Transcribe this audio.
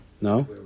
No